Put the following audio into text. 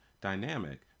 dynamic